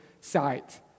sight